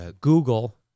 Google